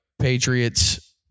Patriots